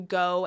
go